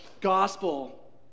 gospel